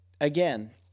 again